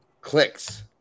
Clicks